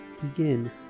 begin